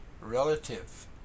relative